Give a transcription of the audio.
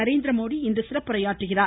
நரேந்திரமோதி இன்று சிறப்புரையாற்றுகிறார்